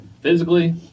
Physically